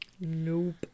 Nope